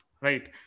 Right